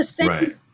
Right